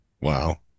Wow